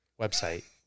website